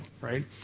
right